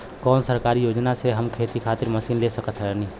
कौन सरकारी योजना से हम खेती खातिर मशीन ले सकत बानी?